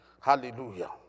Hallelujah